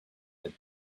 did